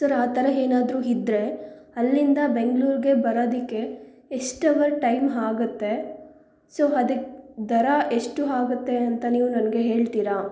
sir ಆ ಥರ ಏನಾದ್ರು ಇದ್ರೆ ಅಲ್ಲಿಂದ ಬೆಂಗಳೂರ್ಗೆ ಬರೋದಕ್ಕೆ ಎಷ್ಟು ಅವರ್ ಟೈಮ್ ಆಗತ್ತೆ ಸೊ ಅದಕ್ಕೆ ದರ ಎಷ್ಟು ಆಗುತ್ತೆ ಅಂತ ನೀವು ನನಗೆ ಹೇಳ್ತೀರಾ